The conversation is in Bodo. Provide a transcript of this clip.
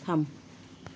थाम